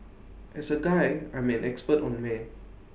as A guy I'm an expert on men